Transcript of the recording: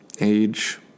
age